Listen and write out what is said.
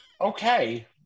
Okay